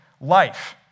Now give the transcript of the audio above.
life